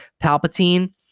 Palpatine